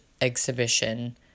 Exhibition